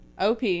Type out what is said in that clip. op